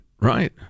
right